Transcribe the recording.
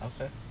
Okay